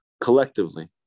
collectively